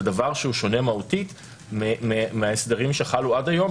זה דבר שהוא שונה מהותית מההסדרים שחלו עד היום,